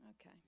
Okay